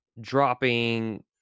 dropping